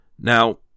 now